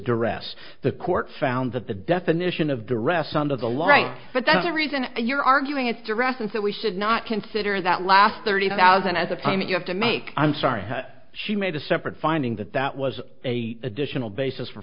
duress the court found that the definition of duress under the law right but that's the reason you're arguing it's duress and that we should not consider that last thirty thousand as a time you have to make i'm sorry she made a separate finding that that was a additional basis for